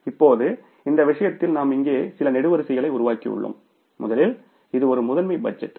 இப்போது இந்த விஷயத்தில் நாம் இங்கே சில நெடுவரிசைகளை உருவாக்கியுள்ளோம் முதலில் இது ஒரு மாஸ்டர் பட்ஜெட்